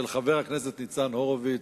של חבר הכנסת ניצן הורוביץ,